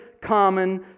common